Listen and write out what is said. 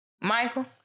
Michael